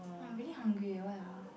I'm really hungry why ah